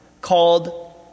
called